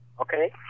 Okay